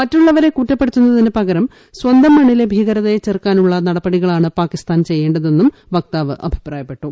മറ്റുള്ളവരെ കുറ്റപ്പെടുത്തുണ്ണതിന് പകരം സ്വന്തം മണ്ണിലെ ഭീകരതയെ ചെറുക്കാനിള്ള നടപടികളാണ് പാകിസ്ഥാൻ ചെയ്യേണ്ടതെന്നും വിക്ടിയാവ് അഭിപ്രായപ്പെട്ടു